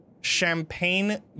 Champagne